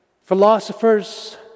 philosophers